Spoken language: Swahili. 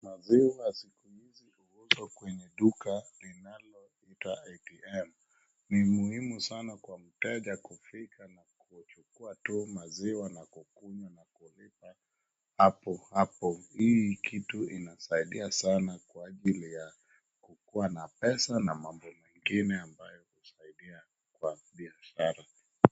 Maziwa siku hizi huuzwa kwenye duka linaloitwa atm . Ni muhimu sana kwa mteja kufika na kuchukua tu maziwa na kukunywa na kulipa hapohapo, hii kitu inasaidia sana kwa ajili ya kukuwa na pesa na mambo mengine ambayo husaidia kwa biashara.